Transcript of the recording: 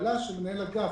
להקבלה של מנהל אגף.